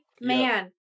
Man